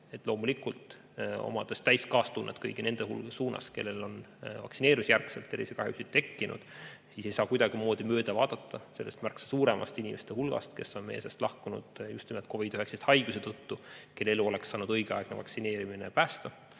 Loomulikult, omades täit kaastunnet kõigi nende vastu, kellel on vaktsineerimise järel tervisekahjud tekkinud, ei saa kuidagimoodi mööda vaadata sellest märksa suuremast inimeste hulgast, kes on meie seast lahkunud just nimelt COVID‑19 haiguse tõttu, kelle elu oleks saanud õigeaegne vaktsineerimine päästa